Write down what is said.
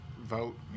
vote